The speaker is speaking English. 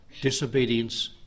disobedience